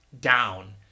down